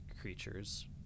creatures